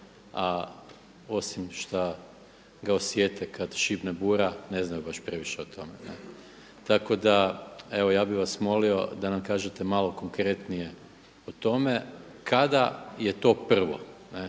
a osim šta ga osjete kada šibne bura ne znaju baš previše o tome. Tako da evo ja bih vas molio da nam kažete malo konkretnije o tome kada je to prvo.